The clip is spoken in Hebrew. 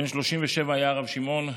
בן 37 היה הרב שמעון,